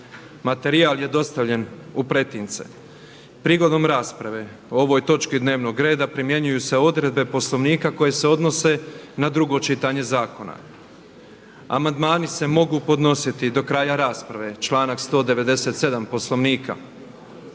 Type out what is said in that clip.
Materijal je dostavljen u pretince. Prigodom rasprave o ovoj točki dnevnog reda primjenjuju se odredbe Poslovnika koje se odnose na drugo čitanje zakona. Amandmani se mogu podnositi do kraja rasprave, članak 197. Poslovnika.